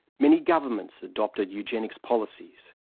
many governments adopted eugenic policies.